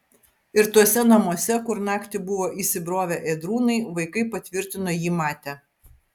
ir tuose namuose kur naktį buvo įsibrovę ėdrūnai vaikai patvirtino jį matę